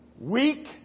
Weak